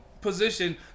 position